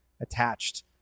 attached